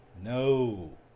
No